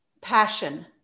Passion